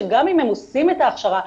שגם אם הם עושים את ההכשרה,